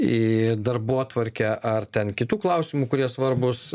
į darbotvarkę ar ten kitų klausimų kurie svarbūs